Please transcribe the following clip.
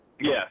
Yes